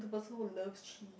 the person who loves cheese